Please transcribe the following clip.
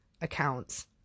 accounts